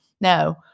no